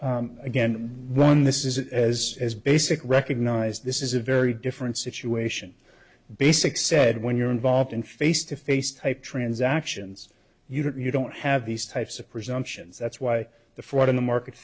s again one this is as is basic recognized this is a very different situation basic said when you're involved in face to face type transactions you don't you don't have these types of presumptions that's why the fraud in the market